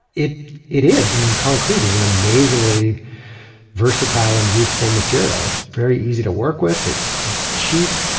it it is. i mean concrete is an amazingly versatile and useful material. it's very easy to work with. it's it's cheap.